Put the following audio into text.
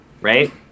Right